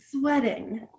sweating